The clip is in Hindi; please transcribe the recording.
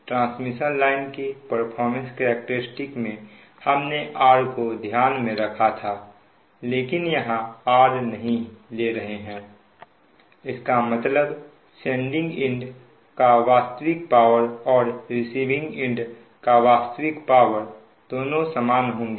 ट्रांसमिशन लाइन के परफारमेंस करैक्टेरिस्टिक में हमने R को ध्यान में रखा था लेकिन यहां R नहीं ले रहे हैं इसका मतलब सेंडिंग एंड का वास्तविक पावर और रिसिविंग एंड का वास्तविक पावर दोनों समान होंगे